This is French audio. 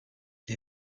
les